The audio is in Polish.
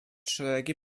szeregi